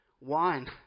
wine